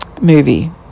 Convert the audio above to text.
movie